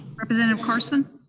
representative carson?